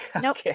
Nope